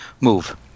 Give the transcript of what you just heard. move